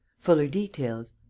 fuller details.